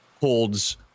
holds